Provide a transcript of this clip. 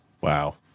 Wow